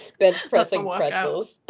bench pressing pretzels.